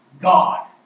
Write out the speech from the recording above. God